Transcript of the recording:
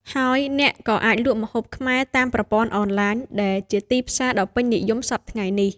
ហើយអ្នកក៏អាចលក់ម្ហូបខ្មែរតាមប្រព័ន្ធអនឡាញ ដែលជាទីផ្សារដ៏ពេញនិយមសព្វថ្ងៃនេះ។